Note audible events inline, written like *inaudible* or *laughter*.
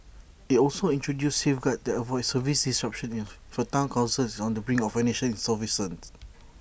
IT also introduces safeguards that avoid service disruptions if A Town Council is on the brink of financial insolvency *noise*